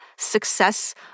success